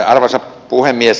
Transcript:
arvoisa puhemies